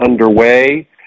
underway